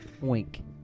Wink